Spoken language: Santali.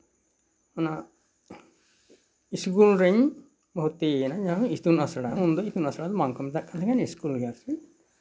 ᱚᱱᱟ ᱤᱥᱠᱩᱞ ᱨᱤᱧ ᱵᱷᱚᱨᱛᱤᱭᱮᱱᱟ ᱡᱮᱢᱚᱱ ᱤᱛᱩᱱ ᱟᱥᱲᱟ ᱩᱱᱫᱚ ᱤᱛᱩᱱ ᱟᱥᱲᱟ ᱫᱚ ᱵᱟᱝᱠᱚ ᱢᱮᱛᱟᱜ ᱠᱟᱱ ᱛᱟᱦᱮᱸᱫᱼᱟ ᱤᱥᱠᱩᱞᱜᱮ ᱟᱨᱠᱤ